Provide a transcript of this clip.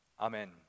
Amen